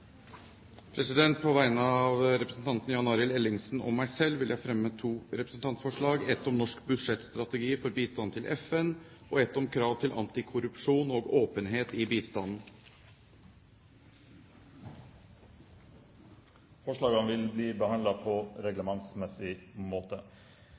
På vegne av representanten Jan Arild Ellingsen og meg selv vil jeg fremme to representantforslag – et om norsk budsjettstrategi for bistand til FN og et om krav til antikorrupsjon og åpenhet i bistanden. Forslagene vil bli behandlet på